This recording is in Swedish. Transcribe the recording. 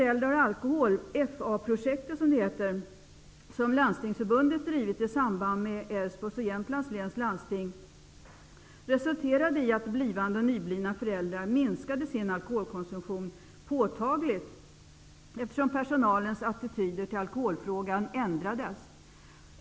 Älvsborgs och Jämtlands läns landsting resulterade i att blivande och nyblivna föräldrar minskade sin alkoholkonsumtion påtagligt, eftersom personalens attityder till alkoholfrågan ändrades.